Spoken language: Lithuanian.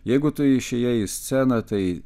jeigu tu išėjai į sceną tai